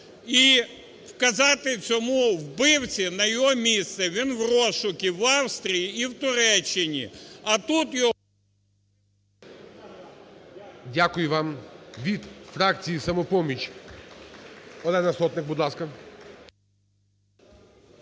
і вказати цьому вбивці на його місце, він в розшуку в Австрії і в Туреччині, а тут його... ГОЛОВУЮЧИЙ. Дякую вам. Від фракції "Самопоміч" Олена Сотник. Будь ласка.